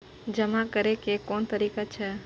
जमा करै के कोन तरीका छै?